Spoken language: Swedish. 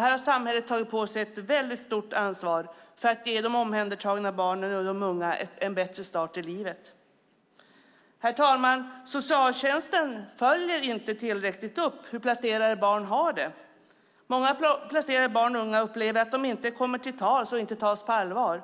Här har samhället tagit på sig ett väldigt stort ansvar att ge de omhändertagna barnen och de unga en bättre start i livet. Herr talman! Socialtjänsten följer inte tillräckligt upp hur barn har det. Många placerade barn och unga upplever att de inte kommer till tals och tas på allvar.